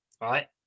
right